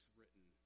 written